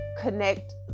connect